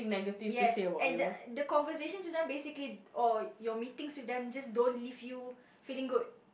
yes and the the conversations with them basically or your meetings with them just don't leave you feeling good